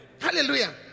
Hallelujah